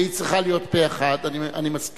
והיא צריכה להיות פה-אחד, אני מסכים,